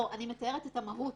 אני מתארת את המהות.